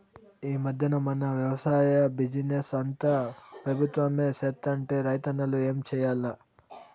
ఈ మధ్దెన మన వెవసాయ బిజినెస్ అంతా పెబుత్వమే సేత్తంటే రైతన్నలు ఏం చేయాల్ల